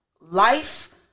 life